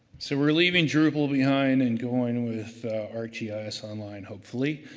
so we're leaving drupal behind and going with arcgis. online, hopefully.